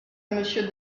monsieur